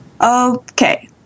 Okay